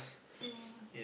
since